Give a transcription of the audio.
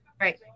Right